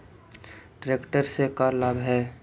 Tractor से का लाभ है?